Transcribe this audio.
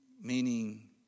meaning